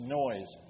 noise